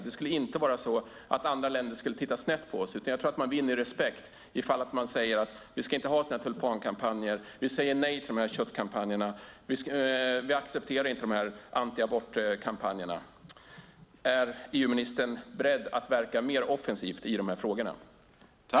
Det skulle inte vara så att andra länder skulle titta snett på oss, utan jag tror att vi vinner respekt ifall vi säger att vi inte ska ha sådana där tulpankampanjer, säger nej till köttkampanjerna och säger att vi inte accepterar antiabortkampanjerna. Är EU-ministern beredd att verka mer offensivt i de här frågorna?